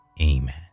Amen